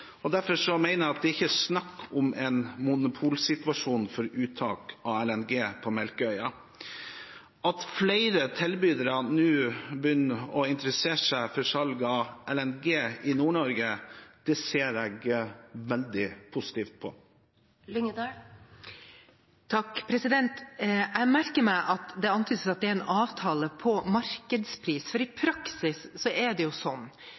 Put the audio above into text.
Derfor mener jeg at det ikke er snakk om en monopolsituasjon for uttak av LNG på Melkøya. At flere tilbydere nå begynner å interessere seg for salg av LNG i Nord-Norge, ser jeg veldig positivt på. Jeg merker meg at det antydes at det er en avtale om markedspris. I praksis er det sånn,